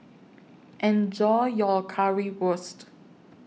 Enjoy your Currywurst